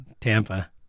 Tampa